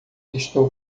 estou